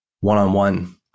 one-on-one